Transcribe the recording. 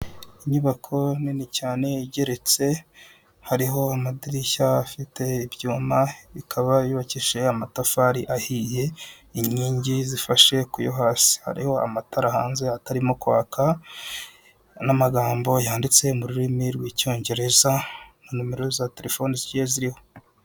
Inyubako nini cyane igeretse, hariho amadirishya afite ibyuma, ikaba yubakishije amatafari ahiye, inkingi zifashe kuyo hasi. Hariho amatara hanze atarimo kwaka, n'amagambo yanditse mu rurimi rw'icyongereza, na nimero za telefoni zigiye ziriho.